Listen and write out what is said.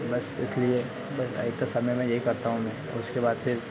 बस इसलिए बस इतना समय में यही करता हूँ मैं उसके बाद फिर